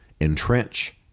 entrench